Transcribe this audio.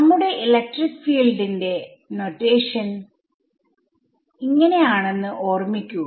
നമ്മുടെ ഇലക്ട്രിക് ഫീൽഡിന്റെ നൊറ്റേഷൻ ആണെന്ന് ഓർമിക്കുക